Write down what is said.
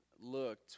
looked